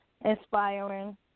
Inspiring